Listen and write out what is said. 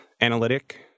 analytic